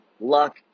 luck